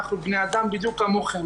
אנחנו בני אדם בדיוק כמוכם.